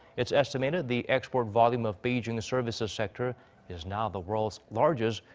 it's estimated the export volume of beijing's services sector is now the world's largest,